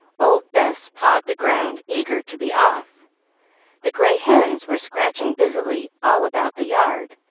old bess pawed the ground, eager to be off the gray hens were scratching busily all about the yard